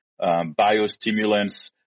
biostimulants